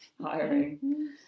hiring